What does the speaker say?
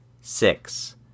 six